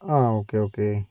ആ okay okay